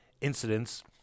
incidents